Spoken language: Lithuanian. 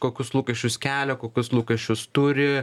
kokius lūkesčius kelia kokius lūkesčius turi